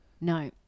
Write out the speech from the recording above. No